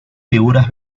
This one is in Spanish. figuras